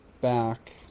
back